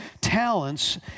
talents